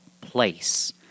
place